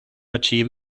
achieve